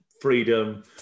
freedom